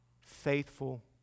faithful